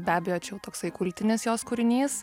be abejo čia jau toksai kultinis jos kūrinys